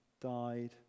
died